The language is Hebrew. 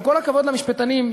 עם כל הכבוד למשפטנים,